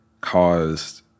caused